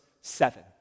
seven